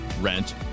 rent